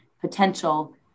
potential